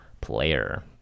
player